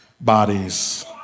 bodies